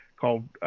called